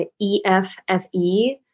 e-f-f-e